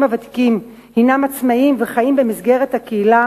הוותיקים הם עצמאים וחיים במסגרת הקהילה,